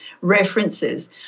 references